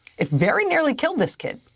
it very nearly killed this kid.